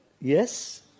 Yes